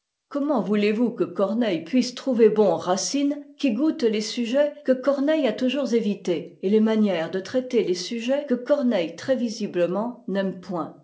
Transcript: comment voulez-vous que corneille puisse trouver bon racine qui goûte les sujets que corneille a toujours évités et les manières de traiter les sujets que corneille très visiblement n'aime point